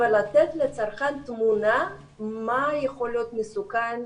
ולתת לצרכן תמונה מה יכול להיות מסוכן,